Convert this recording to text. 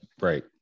right